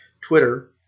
Twitter